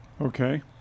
Okay